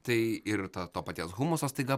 tai ir ta to paties humuso staiga